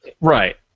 Right